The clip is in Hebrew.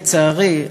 לצערי,